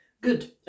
Good